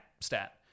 stat